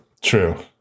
True